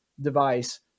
device